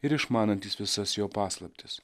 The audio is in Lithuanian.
ir išmanantys visas jo paslaptis